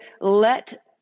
let